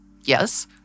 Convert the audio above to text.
Yes